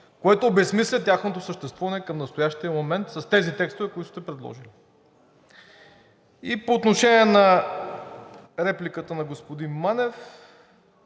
което обезсмисля тяхното съществуване към настоящия момент с тези текстове, които сте предложили. По отношение на репликата на господин Манев.